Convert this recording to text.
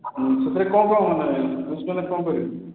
ସେଥିରେ କ'ଣ କ'ଣ ମାନେ ବୁଝିପାରିଲିନି କ'ଣ କରିବେ